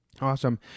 awesome